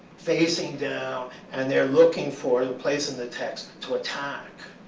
facing down, and they're looking for the place in the text to attack,